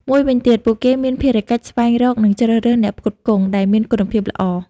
មួយវិញទៀត ពួកគេមានភារកិច្ច ស្វែងរក និងជ្រើសរើសអ្នកផ្គត់ផ្គង់ ដែលមានគុណភាពល្អ។